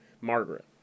Margaret